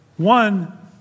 One